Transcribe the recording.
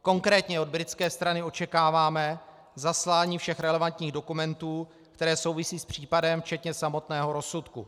Konkrétně od britské strany očekáváme zaslání všech relevantních dokumentů, které souvisejí s případem, včetně samotného rozsudku.